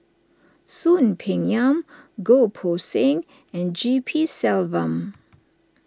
Soon Peng Yam Goh Poh Seng and G P Selvam